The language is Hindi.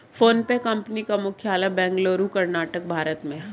फोनपे कंपनी का मुख्यालय बेंगलुरु कर्नाटक भारत में है